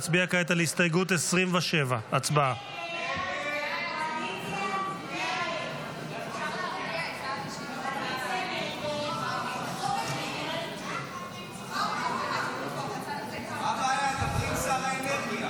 מצביעים כעת על הסתייגות 26. הצבעה.